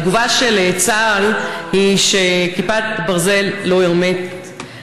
התגובה של צה"ל היא שכיפת ברזל לא הרמטית.